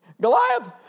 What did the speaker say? Goliath